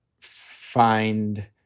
find